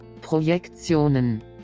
Projektionen